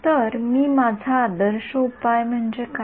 तर मी माझा आदर्श उपाय म्हणजे काय